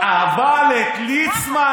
אבל את ליצמן,